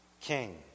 king